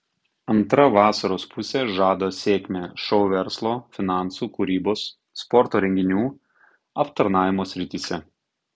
antra vasaros pusė žada sėkmę šou verslo finansų kūrybos sporto renginių aptarnavimo srityse